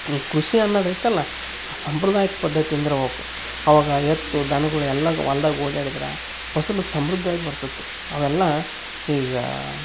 ಈ ಕೃಷಿ ಅನ್ನೊದ್ ಐತಲ್ಲಾ ಆ ಸಂಪ್ರದಾಯ್ಕ ಪದ್ಧತಿಯಿಂದಿರ್ಬೋಕು ಅವಾಗ ಎತ್ತು ದನ್ಗಳ್ ಎಲ್ಲ ಹೊಲ್ದಾಗ್ ಓಡ್ಯಾಡಿದ್ರೆ ಫಸಲು ಸಮೃದ್ವಾಗಿ ಬರ್ತತಿ ಅವೆಲ್ಲಾ ಈಗ